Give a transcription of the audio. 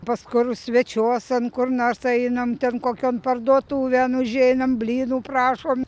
pas kur svečiuosan kur nors einam ten kokion parduotuvėn užeinam blynų prašom